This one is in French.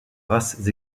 races